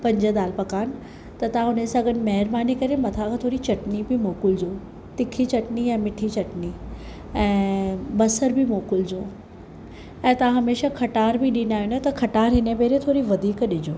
पंज दालि पकवान त तव्हां हुन सां गॾु महिरबानी करे मथा खां थोरी चटनी बि मोकिलिजो तीखी चटनी ऐं मिठी चटनी ऐं बसर बि मोकिलिजो ऐं तव्हां हमेशह खटाण बि ॾींदा आहियूं न त खटाण हिन वारे थोरी वधीक ॾिजो